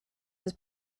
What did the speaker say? his